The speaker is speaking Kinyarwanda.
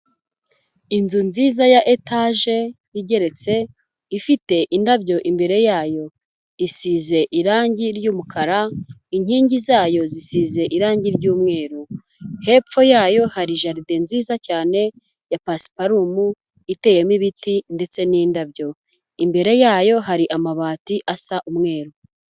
Inzu nziza ya etaje igeretse ifite indabyo imbere yayo. Isize irangi ry'umukara, inkingi zayo zisize irangi ry'umweru, hepfo yayo hari jaride nziza cyane ya pasiparumu iteyemo ibiti ndetse n'indabyo. Imbere yayo hari amabati asa umweru.